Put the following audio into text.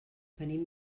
venim